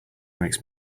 makes